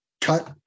cut